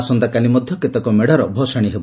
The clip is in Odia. ଆସନ୍ତାକାଲି ମଧ୍ଧ କେତେକ ମେଡ଼ର ଭସାଣି ହେବ